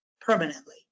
permanently